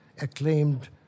acclaimed